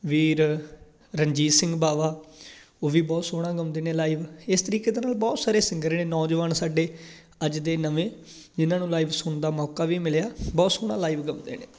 ਵੀਰ ਰਣਜੀਤ ਸਿੰਘ ਬਾਵਾ ਉਹ ਵੀ ਬਹੁਤ ਸੋਹਣਾ ਗਾਉਂਦੇ ਨੇ ਲਾਈਵ ਇਸ ਤਰੀਕੇ ਦੇ ਨਾਲ ਬਹੁਤ ਸਾਰੇ ਸਿੰਗਰ ਨੇ ਨੌਜਵਾਨ ਸਾਡੇ ਅੱਜ ਦੇ ਨਵੇਂ ਜਿਹਨਾਂ ਨੂੰ ਲਾਈਵ ਸੁਣਨ ਦਾ ਮੌਕਾ ਵੀ ਮਿਲਿਆ ਬਹੁਤ ਸੋਹਣਾ ਲਾਈਵ ਗਾਉਂਦੇ ਨੇ